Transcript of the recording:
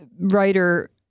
writer